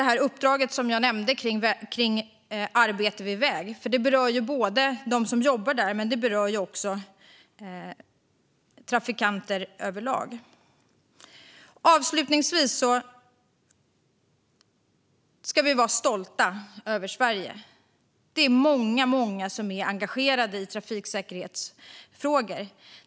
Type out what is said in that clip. Det uppdrag som jag nämnde om arbete vid väg berör både dem som jobbar vid vägen och trafikanter överlag. Avslutningsvis ska vi vara stolta över Sverige. Det är många som är engagerade i trafiksäkerhetsfrågor.